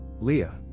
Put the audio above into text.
Leah